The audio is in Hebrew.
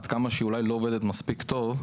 עד כמה שהיא אולי לא עובדת מספיק טוב,